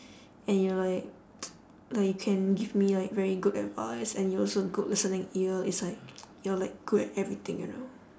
and you're like like you can give me like very good advice and you're also good listening ear it's like you're like good at everything you know